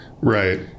Right